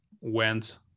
went